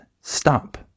stop